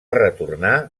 retornar